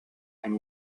and